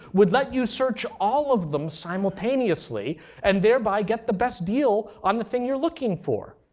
would let you search all of them simultaneously and thereby get the best deal on the thing you're looking for.